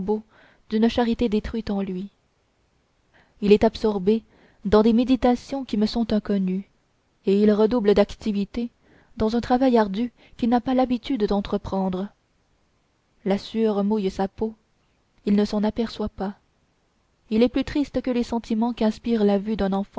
d'une charité détruite en lui il est absorbé dans des méditations qui me sont inconnues et il redouble d'activité dans un travail ardu qu'il n'a pas l'habitude d'entreprendre la sueur mouille sa peau il ne s'en aperçoit pas il est plus triste que les sentiments qu'inspire la vue d'un